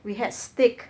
we had steak